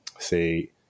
Say